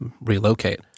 relocate